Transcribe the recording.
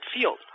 Field